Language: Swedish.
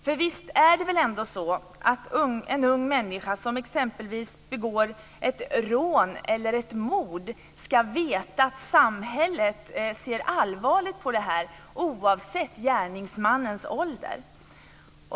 För visst är det väl ändå så att en ung människa som exempelvis begår ett rån eller ett mord ska veta att samhället ser allvarligt på detta, oavsett gärningsmannens ålder?